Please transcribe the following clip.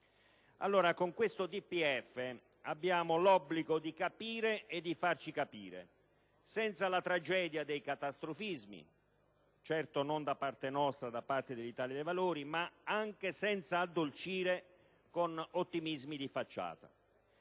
Con questo DPEF abbiamo l'obbligo di capire e di farci capire, senza la tragedia dei catastrofismi (certo, non da parte dell'Italia dei Valori), ma anche senza addolcire con ottimismi di facciata.